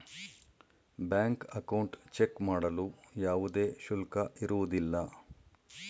bank account check ಮಾಡಲು ಯಾವುದೇ ಶುಲ್ಕ ಇರುವುದಿಲ್ಲ